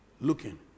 Looking